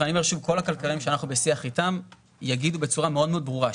כל הכלכלנים שאנחנו בשיח איתם יגידו בצורה מאוד מאוד ברורה,